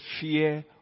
fear